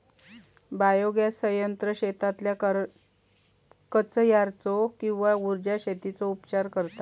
biogas संयंत्र शेतातल्या कचर्याचो किंवा उर्जा शेतीचो उपचार करता